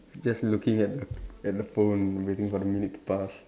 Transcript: just looking at at the phone waiting for the minute to pass